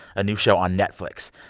a new show on netflix.